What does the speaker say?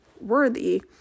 worthy